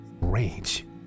rage